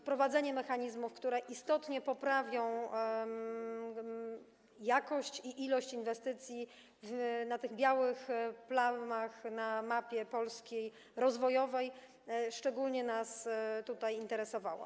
Wprowadzenie mechanizmów, które istotnie poprawią jakość i ilość inwestycji na tych białych plamach na mapie Polski rozwojowej, szczególnie nas tutaj interesowało.